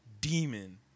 demon